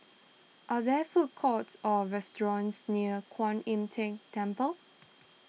are there food courts or restaurants near Kuan Im Tng Temple